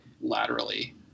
laterally